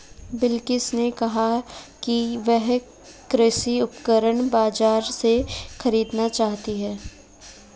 बिलकिश ने कहा कि वह कृषि उपकरण बाजार से खरीदना चाहती है